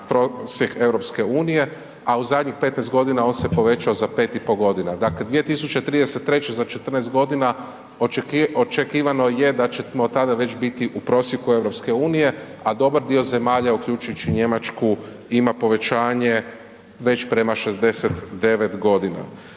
prosjek EU, a u zadnjih 15 godina on se povećao za 5,5 godina. Dakle 2033. za 14 godina očekivano je da ćemo tada već biti u prosjeku EU a dobar dio zemalja uključuju i Njemačku ima povećanje već prema 69 godina.